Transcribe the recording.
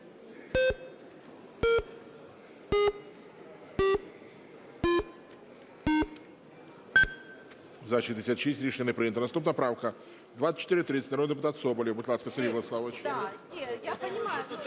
За-66 Рішення не прийнято. Наступна правка - 2430, народний депутат Соболєв. Будь ласка, Сергій Владиславович.